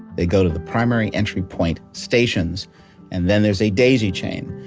they go to the primary entry point stations and then there's a daisy chain.